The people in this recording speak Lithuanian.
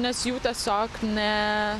nes jų tiesiog ne